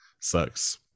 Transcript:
Sucks